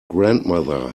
grandmother